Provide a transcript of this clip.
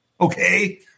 Okay